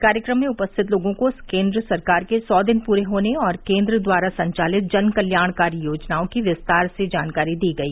कार्यक्रम में उपस्थित लोगों को केन्द्र सरकार के सौ दिन पूरे होने और केंद्र द्वारा संचालित जन कल्याणकारी योजनाओं की विस्तार से जानकारी दी गई